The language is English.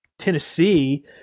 tennessee